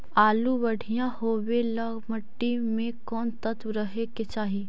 आलु बढ़िया होबे ल मट्टी में कोन तत्त्व रहे के चाही?